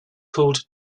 called